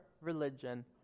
religion